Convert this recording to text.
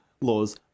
laws